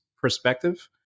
perspective